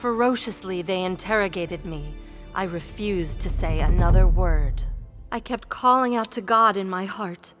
ferocious leaving interrogated me i refused to say another word i kept calling out to god in my heart